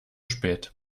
spät